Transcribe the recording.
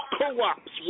Co-ops